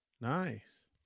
Nice